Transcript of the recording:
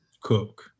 Cook